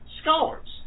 scholars